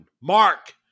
Mark